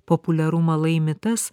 populiarumą laimi tas